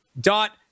dot